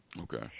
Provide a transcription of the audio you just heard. Okay